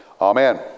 Amen